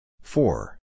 Four